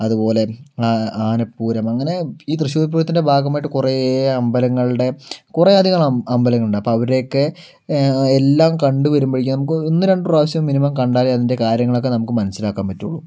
അതുപോലെ ആനപ്പൂരം അങ്ങനെ ഈ തൃശ്ശൂര് പൂരത്തിൻ്റെ ഭാഗമായിട്ട് കുറേ അമ്പലങ്ങളുടെ കുറേയധികം അമ്പലങ്ങളുണ്ട് അപ്പോൾ അവരുടെയൊക്കെ എല്ലാം കണ്ടു വരുമ്പോഴേക്കും നമുക്ക് ഒന്ന് രണ്ടു പ്രാവശ്യം മിനിമം കണ്ടാലേ അതിൻ്റെ കാര്യങ്ങളൊക്കെ നമുക്ക് മനസ്സിലാക്കാന് പറ്റുള്ളൂ